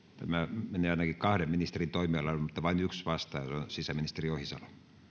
tämä menee ainakin kahden ministerin toimialalle mutta vain yksi vastaa ja se on sisäministeri ohisalo